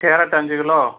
carrot அஞ்சு kilo